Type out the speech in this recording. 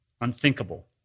unthinkable